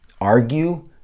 argue